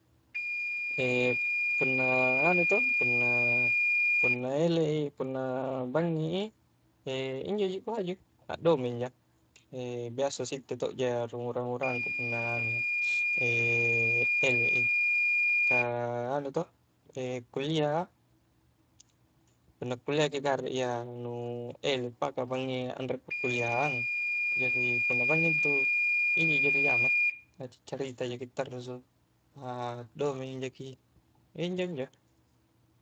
punna anu toh, punna elek i punna bangngi i, injo ji kuhaju a domeng ja, biasa sitte tok ja rung urang-urangku punna anu iya elek i ka anu toh kullia a, ka anu toh ka kullia a punna kullia ki garek iya nu elek pa ka bangngi anrek pa kulliang jari punna bangngi intu injo ji ri jama, a cakcarita jaki tarrusu `akdomeng jaki, iya injonjo